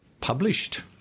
published